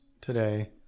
today